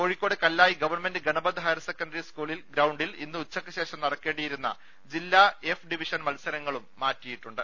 Kozhikode Kallai gov Ganapath higher secondary school ഗ്രൌണ്ടിൽ ഇന്ന് ഉച്ചക്ക് ശേഷം നടക്കേണ്ടിയിരുന്ന ജില്ലാ എഫ് ഡിവിഷൻ മത്സരങ്ങളും മാറ്റിയി ട്ടുണ്ട്